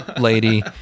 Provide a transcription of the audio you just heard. lady